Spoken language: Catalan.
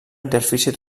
interfície